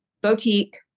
boutique